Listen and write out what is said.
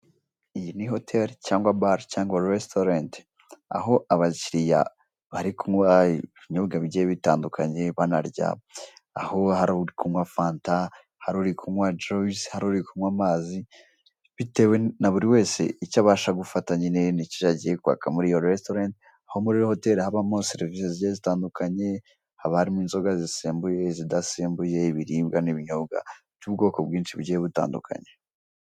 Iyi ni hoteli cyangwa bare cyangwa resitorenti, aho abakiriya bari kunywa ibinyobwa bigiye bitandukanye banarya, aho hari uri kunywa fanta, hari uri kunywa juwisi, hari uri kunywa amazi, bitewe na buri wese icyo abasha gufata nyine ni cyo yagiye kwaka muri iyo rersitorenti, aho muri hoteli habamo serivisi zigiye zitandukanye, haba harimo inzoga zisembuye, izidasembuye, ibiribwa n'ibinyobwa by'ubwoko bwinshi bugiye butandukanye.